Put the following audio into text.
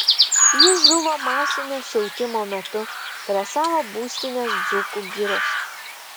jis žuvo masinio siautimo metu prie savo būstinės dzūkų giriose